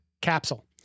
Capsule